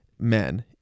men